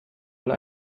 wohl